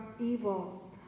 evil